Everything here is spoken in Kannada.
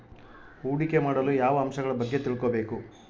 ಹೂಡಿಕೆ ಮಾಡಲು ಯಾವ ಅಂಶಗಳ ಬಗ್ಗೆ ತಿಳ್ಕೊಬೇಕು?